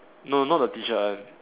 no not the T shirt one